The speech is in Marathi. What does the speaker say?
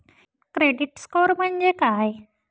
क्रेडिट स्कोअर म्हणजे काय?